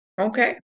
Okay